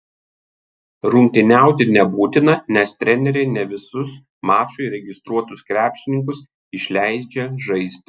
rungtyniauti nebūtina nes treneriai ne visus mačui registruotus krepšininkus išleidžia žaisti